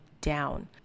down